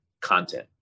content